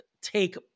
take